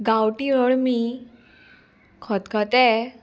गांवठी अळमी खतखतें